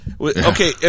Okay